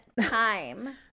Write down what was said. time